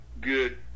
good